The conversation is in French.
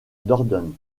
dordogne